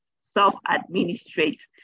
self-administrate